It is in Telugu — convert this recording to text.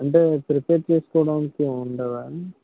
అంటే ప్రిపేర్ చేసుకోవడానికి ఉండవా